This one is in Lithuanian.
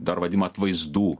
dar vadinama atvaizdų